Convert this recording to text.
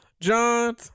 John